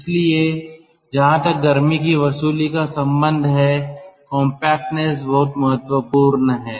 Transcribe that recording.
इसलिए जहां तक गर्मी की वसूली का संबंध है कॉम्पैक्टनेस बहुत महत्वपूर्ण है